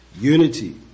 Unity